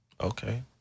Okay